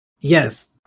Yes